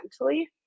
mentally